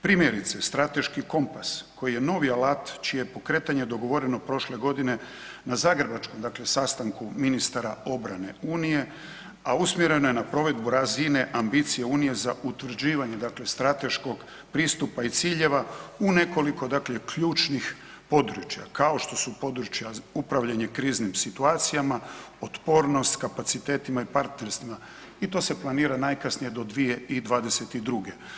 Primjerice, strateški kompas koji je novi alat čije je pokretanje dogovoreno prošle godine na zagrebačkom dakle sastanku ministara obrane Unije a usmjereno je na provedbu razine ambicija razine Unije za utvrđivanje dakle strateškog pristupa i ciljeva u nekoliko dakle ključnih područja kao što su područja upravljanje kriznim situacijama, otpornost kapacitetima i partnerstvima i to se planira najkasnije do 2022.